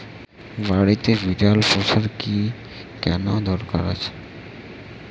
বাড়িতে বিড়াল পোষার কি কোন দরকার আছে?